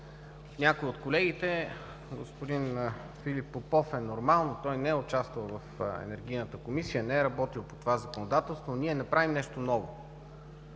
някои от колегите – господин Филип Попов е нормално, той не участва в Енергийната комисия, не е работил по това законодателство – ние не правим нещо ново.